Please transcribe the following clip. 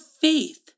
faith